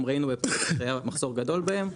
גם ראינו בפסח שהיה מחסור גדול בהם,